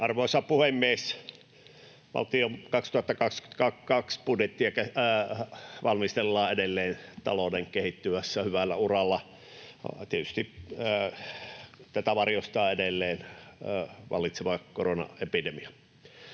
Arvoisa puhemies! Valtion 2022 budjettia valmistellaan edelleen talouden kehittyessä hyvällä uralla. Tietysti tätä varjostaa edelleen vallitseva koronaepidemia.